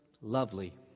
lovely